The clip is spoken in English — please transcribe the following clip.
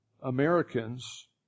Americans